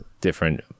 different